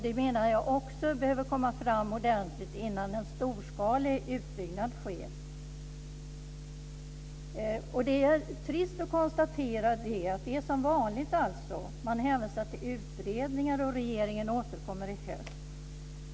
Det menar jag behöver komma fram ordentligt innan en storskalig utbyggnad sker. Det är trist att konstatera att det är som vanligt, att man hänvisar till utredningar och till att regeringen återkommer i höst.